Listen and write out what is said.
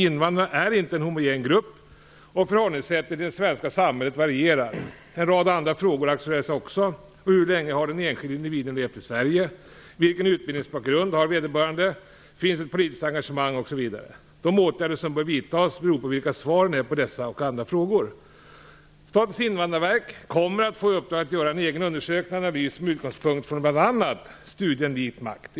Invandrare är inte en homogen grupp, och förhållningssättet till det svenska samhället varierar. En rad andra frågor aktualiseras också. Hur länge har den enskilde individen levt i Sverige? Vilken utbildningsbakgrund har vederbörande? Finns det ett politiskt engagemang osv.? De åtgärder som bör vidtas beror på vilka svaren är på dessa och på andra frågor. Statens invandrarverk kommer att få i uppdrag att göra en egen undersökning och analys med utgångspunkt i bl.a. studien "Vit makt?".